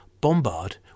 Bombard